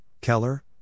Keller